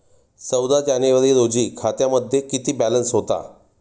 चौदा जानेवारी रोजी खात्यामध्ये किती बॅलन्स होता?